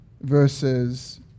verses